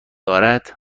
ندارد